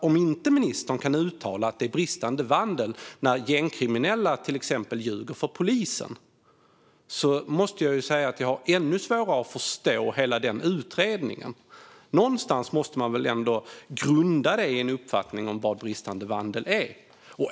Om ministern inte kan säga att det är bristande vandel när till exempel gängkriminella ljuger för polisen måste jag säga att jag har ännu svårare att förstå hela den utredningen. Någonstans måste man väl ändå grunda den i en uppfattning om vad bristande vandel är?